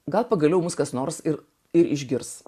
gal pagaliau mus kas nors ir ir išgirs